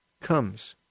comes